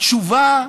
התשובה,